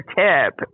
tip